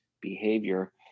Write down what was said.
behavior